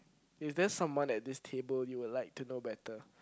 is there someone at this table you would like to know better